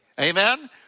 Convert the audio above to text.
Amen